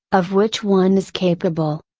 of which one is capable.